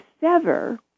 sever